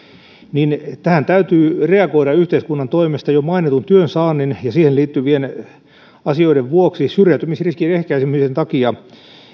niin tähän täytyy reagoida yhteiskunnan toimesta jo mainitun työnsaannin ja siihen liittyvien asioiden vuoksi ja syrjäytymisriskin ehkäisemisen takia